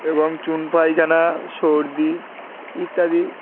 এবং চুন পায়খানা সর্দি ইত্যাদি